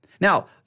Now